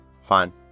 fine